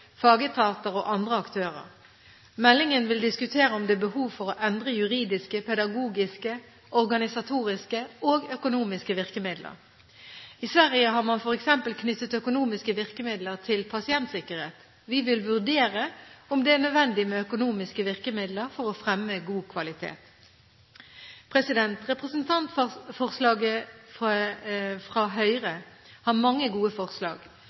fagetater og andre aktører. I meldingen vil man diskutere om det er behov for å endre juridiske, pedagogiske, organisatoriske og økonomiske virkemidler. I Sverige har man f.eks. knyttet økonomiske virkemidler til pasientsikkerhet. Vi vil vurdere om det er nødvendig med økonomiske virkemidler for å fremme god kvalitet. Representantforslaget fra Høyre har mange gode forslag.